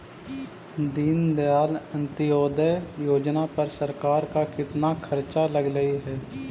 दीनदयाल अंत्योदय योजना पर सरकार का कितना खर्चा लगलई हे